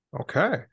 Okay